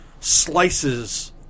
slices